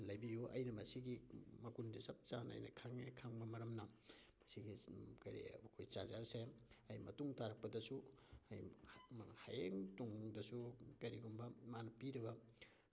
ꯂꯩꯕꯤꯌꯨ ꯑꯩꯅ ꯃꯁꯤꯒꯤ ꯃꯒꯨꯟꯁꯤ ꯆꯞ ꯆꯥꯅ ꯑꯩꯅ ꯈꯪꯉꯦ ꯈꯪꯕ ꯃꯔꯝꯅ ꯃꯁꯤꯒꯤ ꯀꯔꯤ ꯑꯩꯈꯣꯏꯒꯤ ꯆꯥꯔꯖꯔꯁꯦ ꯑꯩ ꯃꯇꯨꯡ ꯇꯥꯔꯛꯄꯗꯁꯨ ꯑꯩ ꯍꯌꯦꯡ ꯇꯨꯡꯗꯁꯨ ꯀꯔꯤꯒꯨꯝꯕ ꯃꯥꯅ ꯄꯤꯔꯤꯕ